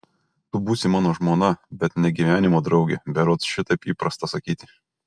tu būsi mano žmona bet ne gyvenimo draugė berods šitaip įprasta sakyti